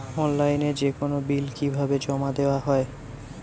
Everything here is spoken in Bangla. অনলাইনে যেকোনো বিল কিভাবে জমা দেওয়া হয়?